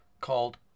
Called